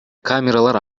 камералар